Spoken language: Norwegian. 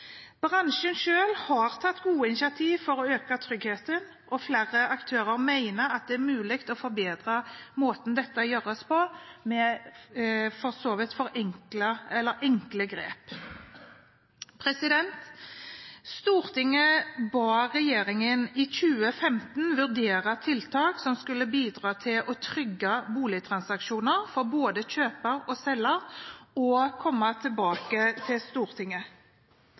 Bransjen selv har tatt gode initiativ for å øke tryggheten, og flere aktører mener at det er mulig å forbedre måten dette gjøres på, med for så vidt enkle grep. Stortinget ba regjeringen i 2015 vurdere tiltak som skulle bidra til å trygge boligtransaksjoner for både kjøper og selger, og komme tilbake til Stortinget.